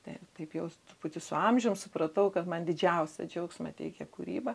taip taip jau truputį su amžium supratau kad man didžiausią džiaugsmą teikia kūryba